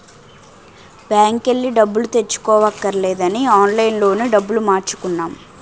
బాంకెల్లి డబ్బులు తెచ్చుకోవక్కర్లేదని ఆన్లైన్ లోనే డబ్బులు మార్చుకున్నాం